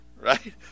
right